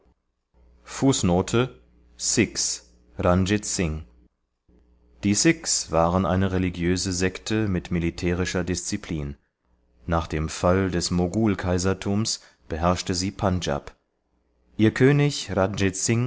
die sikhs waren eine religiöse sekte mit militärischer disziplin nach dem fall des mogul kaisertums beherrschte sie pendshab ihr könig